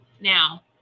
now